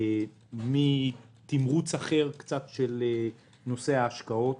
מתמרוץ אחר של ההשקעות.